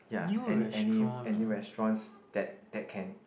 ya any any any restaurants that that can